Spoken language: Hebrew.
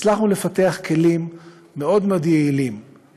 הצלחנו לפתח כלים יעילים מאוד מאוד.